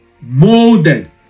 molded